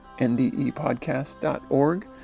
ndepodcast.org